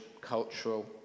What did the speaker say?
cultural